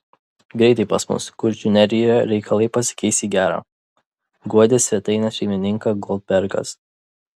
greitai pas mus kuršių nerijoje reikalai pasikeis į gera guodė svetainės šeimininką goldbergas